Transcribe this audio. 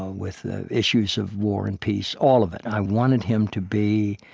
with issues of war and peace, all of it. i wanted him to be